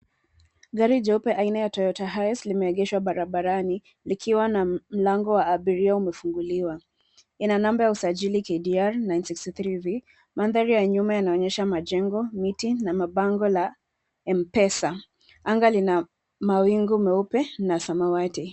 Gari jeupe aina ya Toyota Hiace limeegeshwa barabarani likiwa mlango wa abiria umefunguliwa. Ina namba ya usajili KDR 963V. Mandhari ya nyuma yanaonyesha majengo, miti na mabango la M-Pesa. Anga lina mawingu meupe na samawati.